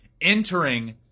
entering